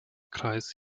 kreis